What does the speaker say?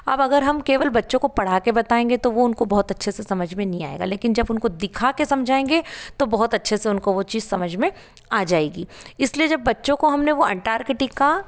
अब अगर हम केवल बच्चों को पढ़ कर ये बताएंगे तो वो उनके बहुत अच्छे से समझ में नहीं आएगा लेकिन जब उनको दिखा कर समझाएंगे तब बहुत अच्छे से उनको वो चीज़ समझ में आ जाएगी इसलिए जब बच्चों को हमने वो अंटार्कटिका